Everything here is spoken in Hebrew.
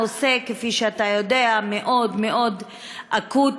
הנושא, כפי שאתה יודע, מאוד מאוד אקוטי.